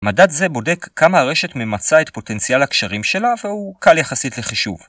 מדד זה בודק כמה הרשת ממצה את פוטנציאל הקשרים שלה, והוא קל יחסית לחישוב.